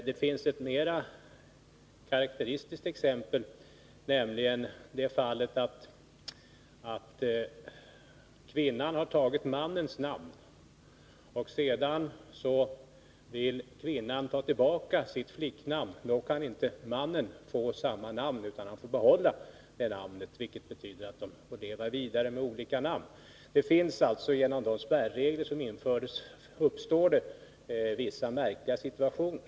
Det finns ett mera karakteristiskt exempel, nämligen det fallet att kvinnan har tagit mannens namn, varefter kvinnan vill ta tillbaka sitt flicknamn. Men då kan inte mannen få samma namn, utan han får behålla det gamla namnet, vilket betyder att de får leva vidare med olika namn. Genom de spärregler som infördes uppstår det alltså vissa märkliga situationer.